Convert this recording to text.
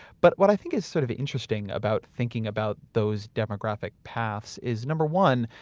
but what i think is sort of interesting about thinking about those demographic paths is number one,